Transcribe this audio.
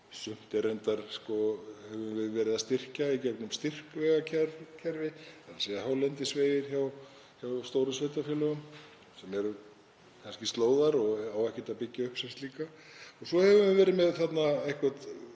Sumt höfum við verið að styrkja í gegnum styrkvegakerfi, þ.e. hálendisvegi hjá stórum sveitarfélögum sem eru kannski slóðar og á ekkert að byggja upp sem slíka. Svo höfum við verið með eitthvert